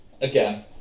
Again